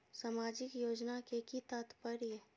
सामाजिक योजना के कि तात्पर्य?